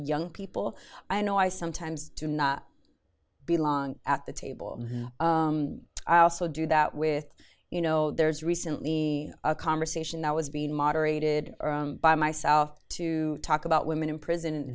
young people i know i sometimes to not be long at the table i also do that with you know there's recently a conversation that was being moderated by myself to talk about women in prison